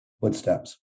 footsteps